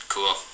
Cool